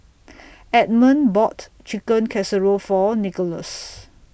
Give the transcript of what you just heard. Edmund bought Chicken Casserole For Nicolas